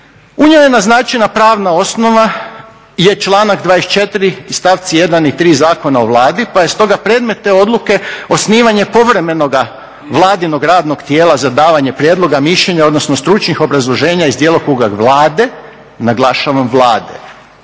je naznačena pravna osnova, je članak 24. i stavci 1.i 3. Zakona o Vladi pa je stoga predmet te odluke osnivanje povremenoga vladinog radnog tijela za davanje prijedloga, mišljenja odnosno stručnih obrazloženja iz djelokruga Vlade, naglašavam Vlade.